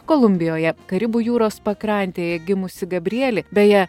kolumbijoje karibų jūros pakrantėje gimusi gabrielė beje